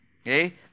okay